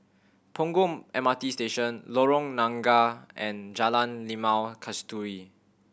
Punggol M R T Station Lorong Nangka and Jalan Limau Kasturi